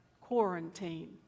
quarantine